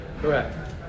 Correct